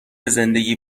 زندگی